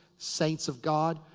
saints of god.